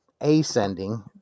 ascending